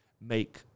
make